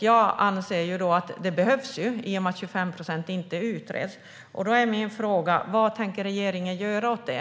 Jag anser att det behövs i och med att 25 procent inte utreds. Min fråga är: Vad tänker regeringen göra åt det?